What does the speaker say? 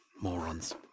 Morons